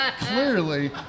clearly